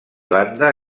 banda